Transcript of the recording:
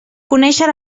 conèixer